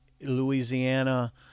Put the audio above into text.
Louisiana